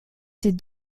ses